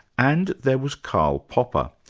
and there was karl popper,